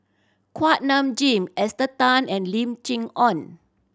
Kuak Nam Jin Esther Tan and Lim Chee Onn